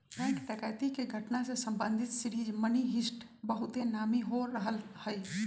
bank डकैती के घटना से संबंधित सीरीज मनी हीस्ट बहुते नामी हो रहल हइ